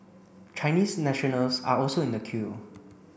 Chinese nationals are also in the queue